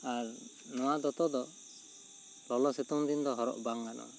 ᱟᱨ ᱱᱚᱣᱟ ᱫᱚᱛᱚ ᱫᱚ ᱞᱚᱞᱚ ᱥᱤᱛᱩᱝ ᱫᱤᱱ ᱫᱚ ᱦᱚᱨᱚᱜ ᱵᱟᱝ ᱜᱟᱱᱚᱜᱼᱟ